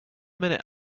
minute